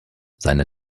seine